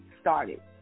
started